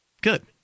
Good